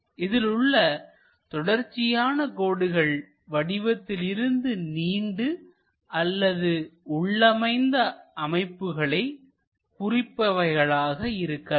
இதிலுள்ள தொடர்ச்சியான கோடுகள் வடிவத்திலிருந்து நீண்டு அல்லது உள்ளமைந்த அமைப்புகளை குறிப்பவைகளாக இருக்கலாம்